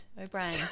O'Brien